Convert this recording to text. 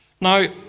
Now